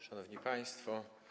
Szanowni Państwo!